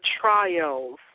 trials